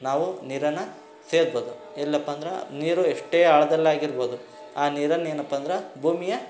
ನಾವು ನೀರನ್ನು ಸೇದ್ಬೋದು ಎಲ್ಲಪ್ಪ ಅಂದ್ರೆ ನೀರು ಎಷ್ಟೇ ಆಳ್ದಲ್ಲಿ ಆಗಿರ್ಬೋದು ಆ ನೀರನ್ನು ಏನಪ್ಪ ಅಂದ್ರೆ ಭೂಮಿಯ